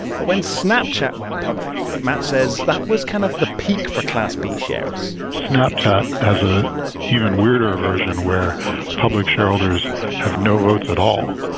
but when snapchat went public, matt says that was kind of the peak for class b shares snapchat has an ah even weirder version where public shareholders have no votes at all.